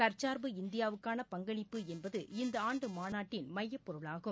தற்சார்பு இந்தியாவுக்கான பங்களிப்பு என்பது இந்த ஆண்டு மாநாட்டின் மையப் பொருளாகும்